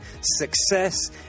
success